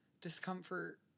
discomfort